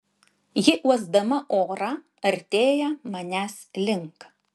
ji uosdama orą artėja manęs link